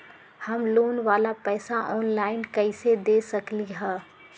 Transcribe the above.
हम लोन वाला पैसा ऑनलाइन कईसे दे सकेलि ह?